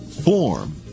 form